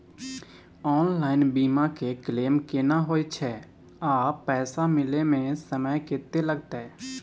Online बीमा के claim केना होय छै आ पैसा मिले म समय केत्ते लगतै?